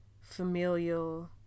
familial